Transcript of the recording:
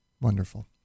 Wonderful